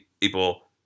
people